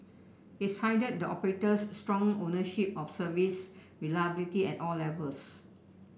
it cited the operator's strong ownership of service reliability at all levels